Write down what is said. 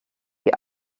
die